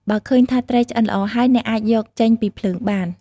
បើឃើញថាត្រីឆ្អិនល្អហើយ អ្នកអាចយកចេញពីភ្លើងបាន។